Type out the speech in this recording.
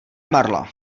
marla